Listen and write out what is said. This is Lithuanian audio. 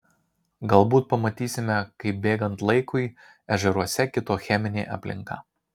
galbūt pamatysime kaip bėgant laikui ežeruose kito cheminė aplinka